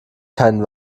keinen